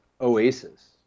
OASIS